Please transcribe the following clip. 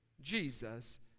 Jesus